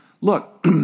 look